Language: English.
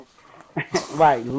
right